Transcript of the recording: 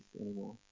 anymore